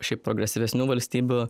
šiaip progresyvesnių valstybių